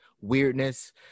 weirdness